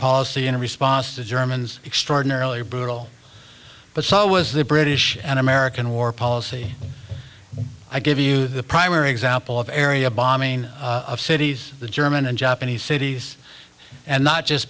policy in response to germans extraordinarily brutal but so was the british and american war policy i give you the primary example of area bombing of cities the german and japanese cities and not just